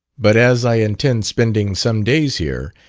but as i intend spending some days here,